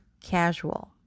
casual